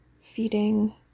feeding